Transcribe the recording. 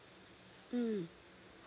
mm